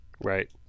Right